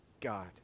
God